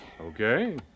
Okay